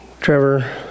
Trevor